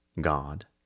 God